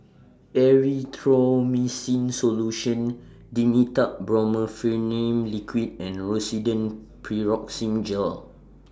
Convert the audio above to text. Erythroymycin Solution Dimetapp Brompheniramine Liquid and Rosiden Piroxicam Gel